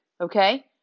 Okay